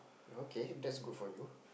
okay that's good for you